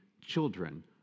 children